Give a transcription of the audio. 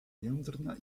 jędrna